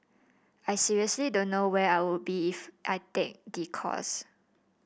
I seriously don't know where I would be if I take the course